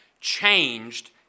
changed